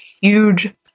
huge